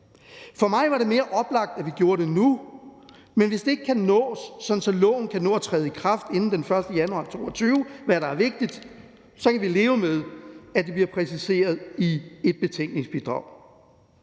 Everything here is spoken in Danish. For mig var det mere oplagt, at vi gjorde det nu, men hvis det ikke kan nås, sådan at loven kan nå at træde i kraft inden den 1. januar 2022, hvad der er vigtigt, så kan vi leve med, at det bliver præciseret i et betænkningsbidrag.